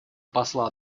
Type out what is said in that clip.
посла